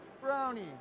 brownie